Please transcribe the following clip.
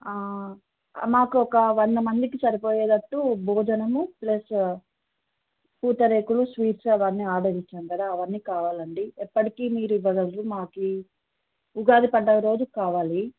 మాకు ఒక వంద మందికి సరిపోయేటట్టు భోజనము ప్లస్ పూతరేకులు స్వీట్స్ అవన్నీ ఆర్డర్ ఇచ్చాము కదా అవన్నీ కావాలండి ఎప్పటికీ మీరు ఇవ్వగలరు మాకు ఉగాది పండగ రోజుకి కావాలి